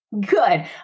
Good